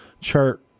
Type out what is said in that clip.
chart